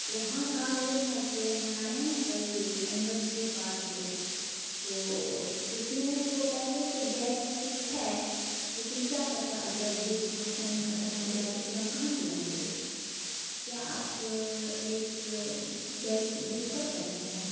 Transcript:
تو وہاں کام یہ تھا کہ ہمارے یہاں نا کل اینورسری پارٹی ہے تو اس میں تو پہلے سے گیس بک ہے لیکن کیا پتا اگر بیچ فنکسن میں ختم ہو جائے تو پھر ہم کہاں سے لائیں گے تو کیا آپ ایک گیس بک کر سکتے ہیں